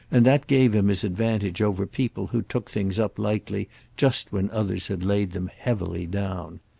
and that gave him his advantage over people who took things up lightly just when others had laid them heavily down.